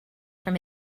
from